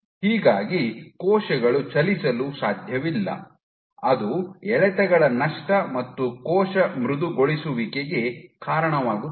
ಹೀಗಾಗಿ ಕೋಶಗಳು ಚಲಿಸಲು ಸಾಧ್ಯವಿಲ್ಲ ಅದು ಎಳೆತಗಳ ನಷ್ಟ ಮತ್ತು ಕೋಶ ಮೃದುಗೊಳಿಸುವಿಕೆಗೆ ಕಾರಣವಾಗುತ್ತದೆ